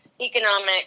economic